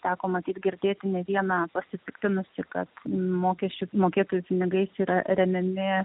teko matyt girdėti ne vieną pasipiktinusi kad mokesčių mokėtojų pinigais yra remiami